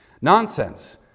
Nonsense